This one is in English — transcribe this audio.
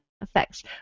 effects